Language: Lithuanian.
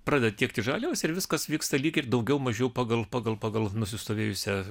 pradeda tiekti žaliavas ir viskas vyksta lyg ir daugiau mažiau pagal pagal pagal nusistovėjusią